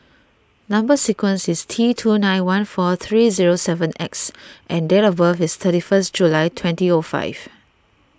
Number Sequence is T two nine one four three zero seven X and date of birth is thirty first July twenty O five